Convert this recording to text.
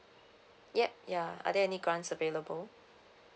yeap yeah are there any grants available